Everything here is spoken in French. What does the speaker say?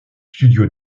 studio